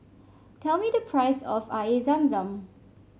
tell me the price of Air Zam Zam